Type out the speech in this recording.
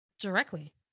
directly